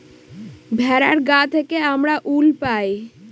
ভেড়ার গা থেকে আমরা উল পাই